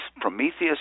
Prometheus